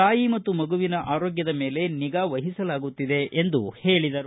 ತಾಯಿ ಮತ್ತು ಮಗುವಿನ ಆರೋಗ್ಯದ ಮೇಲೆ ನಿಗಾ ವಹಿಸಲಾಗುತ್ತಿದೆ ಎಂದು ಹೇಳಿದರು